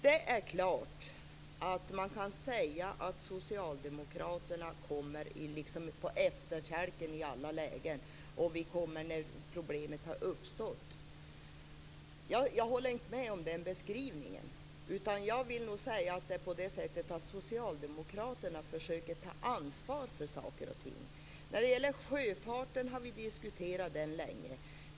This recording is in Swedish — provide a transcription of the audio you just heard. Det är klart att man kan säga att Socialdemokraterna liksom kommer på efterkälken i alla lägen och att vi kommer när problemet redan har uppstått. Men jag håller inte med om den beskrivningen. Jag vill nog säga att det är så att Socialdemokraterna försöker ta ansvar för saker och ting. Det som gäller sjöfarten har vi diskuterat länge.